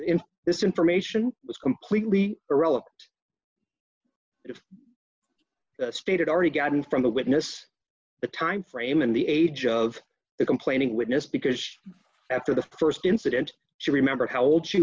in this information was completely irrelevant if stated already gotten from the witness the timeframe and the age of the complaining witness because after the st incident she remembered how old she